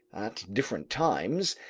at different times,